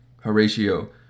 Horatio